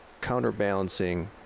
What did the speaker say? counterbalancing